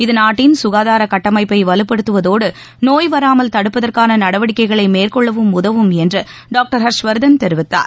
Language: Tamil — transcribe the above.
இது நாட்டின் சுகாதார கட்டமைப்பை வலுப்படுத்துவதோடு நோய் வராமல் தடுப்பதற்கான நடவடிக்கைகளை மேற்கொள்ளவும் உதவும் என்று டாக்டர் ஹர்ஷ்வர்தன் தெரிவித்தார்